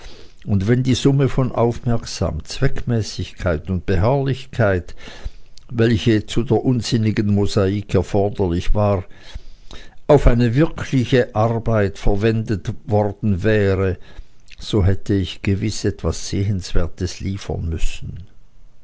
und wenn die summe von aufmerksamkeit zweckmäßigkeit und beharrlichkeit welche zu der unsinnigen mosaik erforderlich war auf eine wirkliche arbeit verwendet worden wäre so hätte ich gewiß etwas sehenswertes liefern müssen